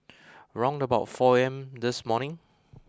round about four A M this morning